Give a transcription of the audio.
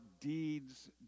deeds